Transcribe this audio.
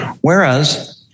Whereas